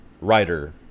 writer